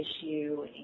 issue